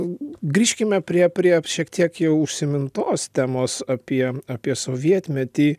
grįžkime prie prie šiek tiek jau užsimintos temos apie apie sovietmetį